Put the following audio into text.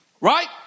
Right